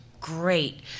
great